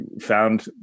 found